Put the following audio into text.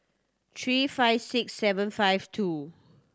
three five six seven five two